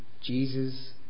Jesus